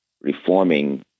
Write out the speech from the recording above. reforming